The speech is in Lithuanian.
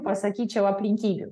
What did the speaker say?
pasakyčiau aplinkybių